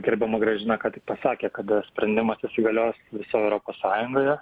gerbiama gražina ką tik pasakė kada sprendimas įsigalios visoje europos sąjungoje